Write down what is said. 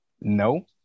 No